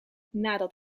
nadat